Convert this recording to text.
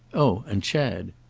oh and chad.